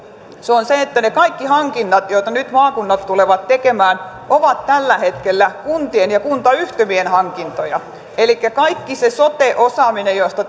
se on se että ne kaikki hankinnat joita nyt maakunnat tulevat tekemään ovat tällä hetkellä kuntien ja kuntayhtymien hankintoja elikkä kaikki se sote osaaminen josta